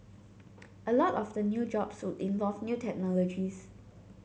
a lot of the new jobs would involve new technologies